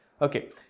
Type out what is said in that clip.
Okay